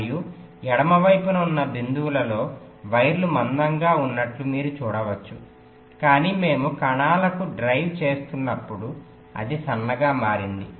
మరియు ఎడమ వైపున ఉన్న బిందువులలో వైర్లు మందంగా ఉన్నట్లు మీరు చూడవచ్చు కాని మేము కణాలకు డ్రైవ్ చేస్తున్నప్పుడు అది సన్నగా మారింది